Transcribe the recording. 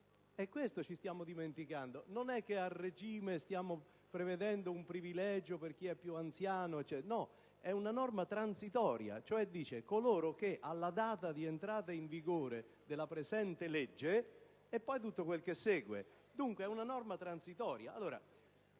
questa è una norma transitoria. Non è che a regime stiamo prevedendo un privilegio per chi è più anziano. È una norma transitoria, che reca l'espressione «alla data di entrata in vigore della presente legge» e poi tutto quel che segue: dunque è una norma transitoria.